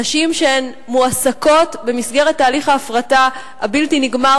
נשים שמועסקות במסגרת תהליך ההפרטה הבלתי-נגמר